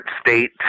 state